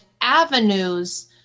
avenues